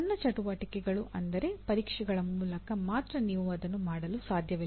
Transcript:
ಸಣ್ಣ ಚಟುವಟಿಕೆಗಳು ಅಂದರೆ ಪರೀಕ್ಷೆಗಳ ಮೂಲಕ ಮಾತ್ರ ನೀವು ಅದನ್ನು ಮಾಡಲು ಸಾಧ್ಯವಿಲ್ಲ